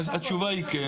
אז התשובה היא כן.